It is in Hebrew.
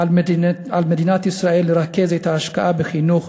על מדינת ישראל לרכז את ההשקעה בחינוך,